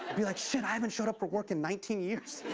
and be like, shit, i haven't showed up for work in nineteen years.